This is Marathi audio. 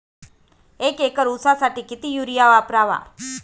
एक एकर ऊसासाठी किती युरिया वापरावा?